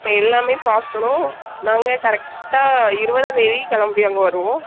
இப்போ எல்லாமே பார்க்கணும் நாங்கள் கரெக்டாக இருபதாந்தேதி கிளம்பி அங்கே வருவோம்